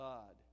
God